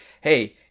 Hey